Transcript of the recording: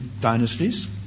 dynasties